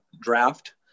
draft